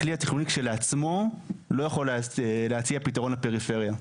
הכלי התכנוני כשלעצמו לא יכול להציע פתרון לפריפריה.